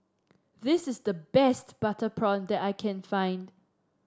this is the best Butter Prawn that I can find